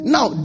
Now